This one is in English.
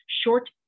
short